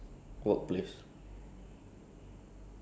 interchange ya I take direct bus from there